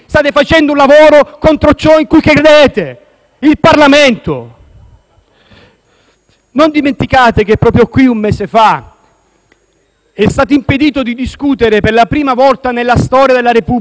Non dimenticate che proprio qui, un mese fa, ci è stato impedito di discutere, per la prima volta nella storia della Repubblica italiana e della nostra democrazia, la legge di bilancio dello Stato.